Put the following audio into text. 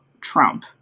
Trump